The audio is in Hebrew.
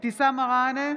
אבתיסאם מראענה,